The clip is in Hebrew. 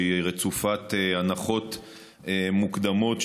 שהיא רצופת הנחות מוקדמות,